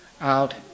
out